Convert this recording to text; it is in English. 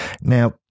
Now